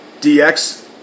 DX